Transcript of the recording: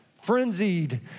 frenzied